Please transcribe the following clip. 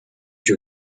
you